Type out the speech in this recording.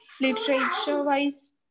literature-wise